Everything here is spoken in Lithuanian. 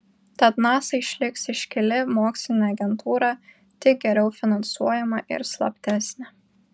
tad nasa išliks iškili mokslinė agentūra tik geriau finansuojama ir slaptesnė